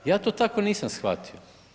Ja to tako nisam shvatio.